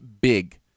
big